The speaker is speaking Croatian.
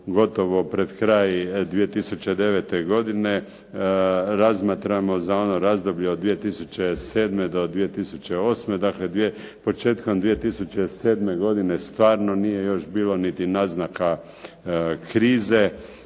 gotovo pred kraj 2009. razmatramo za ono razdoblje od 2007. do 2008. Dakle, početkom 2007. godine stvarno nije još bilo niti naznaka krize,